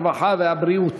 הרווחה והבריאות.